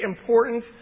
important